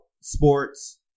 sports